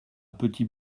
petit